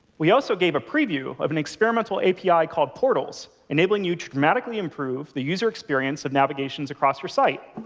we also gave a preview of an experimental api called portals, enabling you to dramatically improve the user experience of navigations across your site.